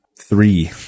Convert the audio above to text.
three